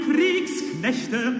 Kriegsknechte